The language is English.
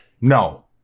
No